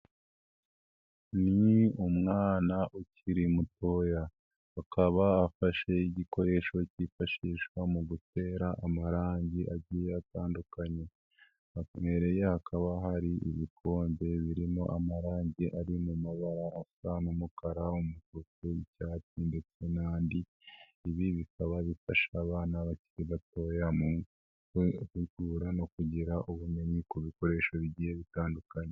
Ni umwana ukiri mutoya akaba afashe igikoresho kifashishwa mu gutera amarangi agiye atandukanye, imbere hakaba hari ibikombe birimo amarangi ari mu mabara asa n'umukara, umutuku n'icyatsi, ndetse n'andi. Ibi bikaba bifasha abana bakiri batoya mu gutegura no kugira ubumenyi ku bikoresho bigiye bitandukanye.